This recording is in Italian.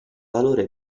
valore